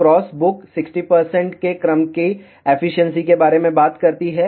cross book 60 के क्रम की एफिशिएंसी के बारे में बात करती है